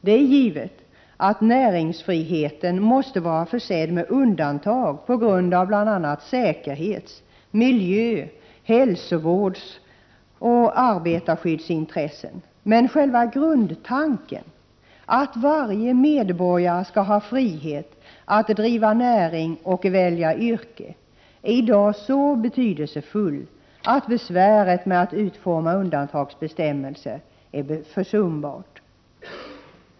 Det är givet att näringsfriheten måste vara försedd med undantag på grund av bl.a. säkerhets-, miljö-, hälsovårdsoch arbetarskyddsintressen, men själva grundtanken -— att varje medborgare skall ha frihet att driva näring och välja yrke — är i sig så betydelsefull att besväret med att utforma undantagsbestämmelser är försumbart.